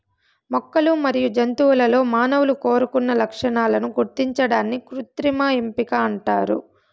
మొక్కలు మరియు జంతువులలో మానవులు కోరుకున్న లక్షణాలను గుర్తించడాన్ని కృత్రిమ ఎంపిక అంటారు